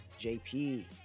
JP